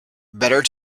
better